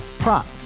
Prop